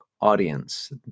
audience